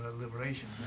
liberation